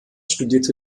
studierte